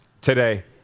today